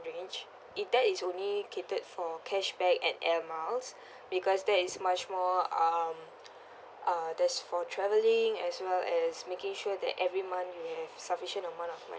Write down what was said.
range it that is only catered for cashback and airmiles because that is much more um uh that's for traveling as well as making sure that every month you have sufficient amount of mo~